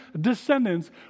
descendants